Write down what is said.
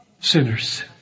sinners